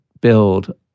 build